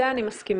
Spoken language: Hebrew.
עם זה אני מסכימה.